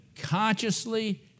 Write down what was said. consciously